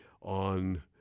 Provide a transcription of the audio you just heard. on